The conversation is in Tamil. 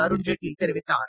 அருண்ஜேட்லி தெரிவித்தார்